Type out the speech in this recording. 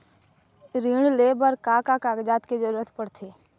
ऋण ले बर का का कागजात के जरूरत पड़थे?